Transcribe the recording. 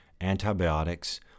antibiotics